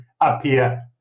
appear